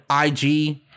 IG